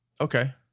Okay